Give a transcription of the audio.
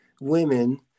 women